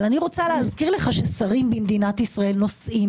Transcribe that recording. אני מזכירה לך ששרים במדינת ישראל נושאים